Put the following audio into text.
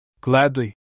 Gladly